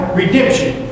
redemption